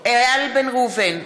איל בן ראובן,